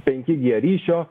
penki g ryšio